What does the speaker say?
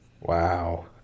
Wow